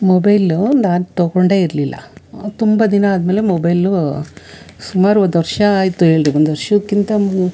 mobile ನಾನು ತೊಗೊಂಡೇ ಇರ್ಲಿಲ್ಲ ತುಂಬ ದಿನ ಆದಮೇಲೆ ಮೊಬೈಲು ಸುಮಾರು ಒಂದು ವರ್ಷ ಆಯ್ತು ಹೇಳಿ ಒಂದು ವರ್ಷಕ್ಕಿಂತ ಮು